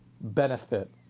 benefit